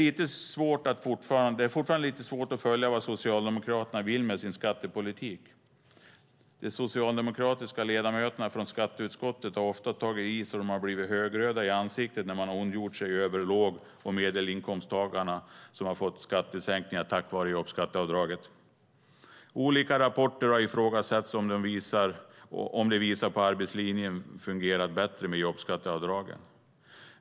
Det är fortfarande lite svårt att följa vad Socialdemokraterna vill med sin skattepolitik. De socialdemokratiska ledamöterna från skatteutskottet har ofta tagit i så de har blivit högröda i ansiktet när man har ondgjort sig över låg och medelinkomsttagarna, som har fått skattesänkningar tack vare jobbskatteavdraget. Olika rapporter har ifrågasatts om de visar på att arbetslinjen fungerat bättre med jobbskatteavdragen.